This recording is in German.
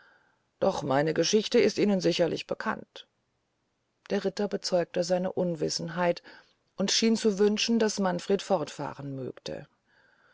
doch meine geschichte ist ihnen sicherlich bekannt der ritter bezeugte seine unwissenheit und schien zu wünschen daß manfred fortfahren mögte